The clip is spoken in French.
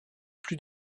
plus